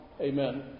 Amen